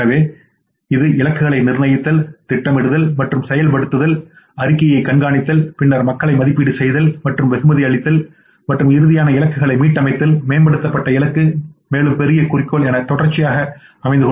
எனவே இது இலக்குகளை நிர்ணயித்தல் திட்டமிடுதல் மற்றும் செயல்படுத்துதல் அறிக்கையை கண்காணித்தல் பின்னர் மக்களை மதிப்பீடு செய்தல் மற்றும் வெகுமதி அளித்தல் மற்றும் இறுதியாக இலக்குகளை மீட்டமைத்தல் மேம்படுத்தப்பட்ட இலக்கு மேலும் பெரிய குறிக்கோள் என தொடர்ச்சியாக அமையும்